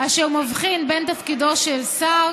אשר מבחין בין תפקידו של שר